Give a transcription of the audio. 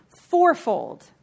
fourfold